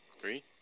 Three